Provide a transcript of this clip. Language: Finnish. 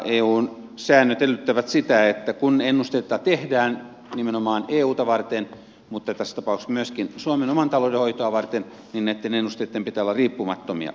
eun säännöt edellyttävät sitä että kun ennusteita tehdään nimenomaan euta varten mutta tässä tapauksessa myöskin suomen oman talouden hoitoa varten niin näitten ennusteitten pitää olla riippumattomia